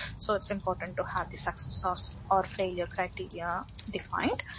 so it's important to have the success ah so or failure criteria defined.